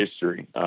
history